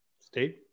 Steve